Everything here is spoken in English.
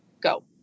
go